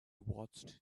watched